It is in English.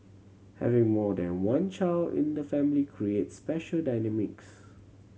having more than one child in the family creates special dynamics